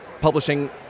publishing